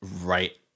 right